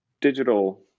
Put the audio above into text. digital